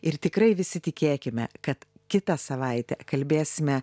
ir tikrai visi tikėkime kad kitą savaitę kalbėsime